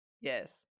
Yes